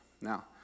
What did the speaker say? Now